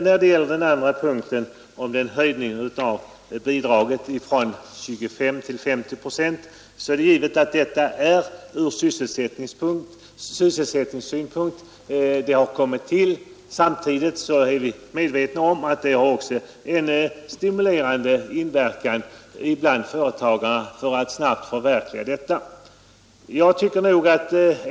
När det gäller den andra punkten är det givet att höjningen av bidraget från 25 till 50 procent har kommit till av sysselsättningsskäl. Samtidigt är vi medvetna om att det också stimulerar företagarna att snabbt utnyttja möjligheterna.